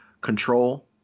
control